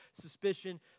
suspicion